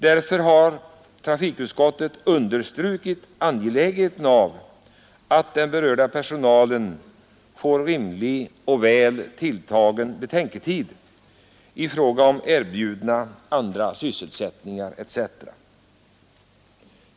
Därför har trafikutskottet understrukit angelägenheten av att den berörda personalen får rimlig och väl tilltagen betänketid i fråga om erbjudna andra sysselsättningar etc.